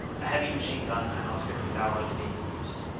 a heavy machine-gun and artillery barrage being used.